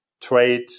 trade